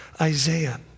Isaiah